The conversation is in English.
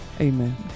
amen